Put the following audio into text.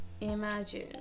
Imagine